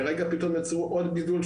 כרגע פתאום יצרו עוד בידול,